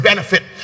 Benefit